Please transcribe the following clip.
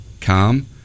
calm